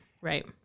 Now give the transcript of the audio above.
right